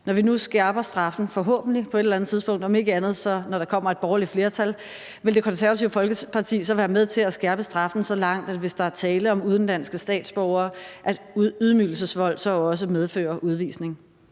forhåbentlig skærper straffen på et eller andet tidspunkt, om ikke andet når der kommer et borgerligt flertal, vil Det Konservative Folkeparti så være med til at skærpe straffen så langt, at ydmygelsesvold, hvis der er tale om udenlandske statsborgere, så også medfører udvisning?